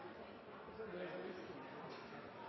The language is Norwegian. har me i